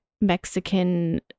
Mexican